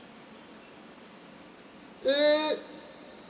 hmm